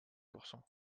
courson